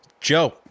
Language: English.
Joe